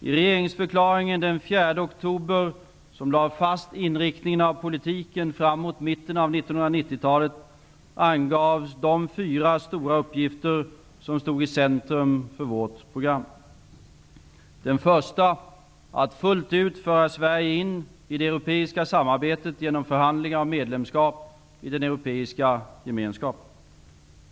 I regeringsförklaringen den 4 oktober 1991, som lade fast inriktningen av politiken fram mot mitten av 1990-talet, angavs de fyra stora uppgifter som stod i centrum för vårt program. Den första var att fullt ut föra Sverige in i det europeiska samarbetet genom förhandlingar om medlemskap i den Europeiska gemenskapen.